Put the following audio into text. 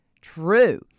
true